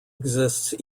exists